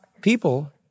people